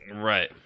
Right